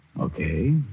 Okay